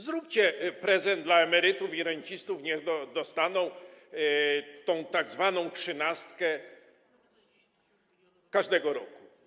Zróbcie prezent emerytom i rencistom, niech dostaną tzw. trzynastkę każdego roku.